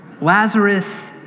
Lazarus